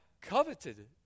coveted